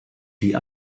die